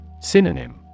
Synonym